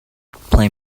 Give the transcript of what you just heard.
play